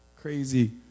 crazy